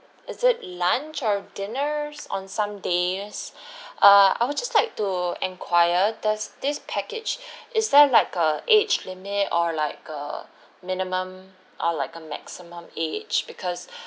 is it lunch or dinners on some days err I would just like to enquire does this package is there like a age limit or like a minimum or like a maximum age because